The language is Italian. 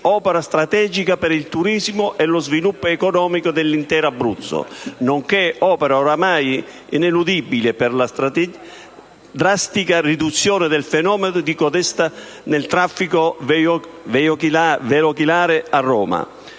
opera strategica per il turismo e lo sviluppo economico dell'intero Abruzzo, nonché opera oramai ineludibile per la drastica riduzione del fenomeno di congestione del traffico veicolare a Roma.